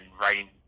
writing